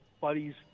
buddies